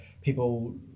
people